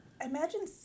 imagine